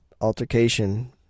altercation